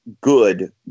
good